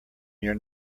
your